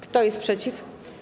Kto jest przeciw?